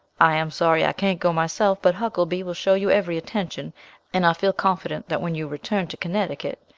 i am sorry i can't go myself, but huckelby will show you every attention and i feel confident that when you return to connecticut,